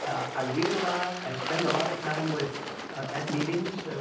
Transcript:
i read a lot. i spend a lot of time with at meetings.